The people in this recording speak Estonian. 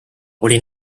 oli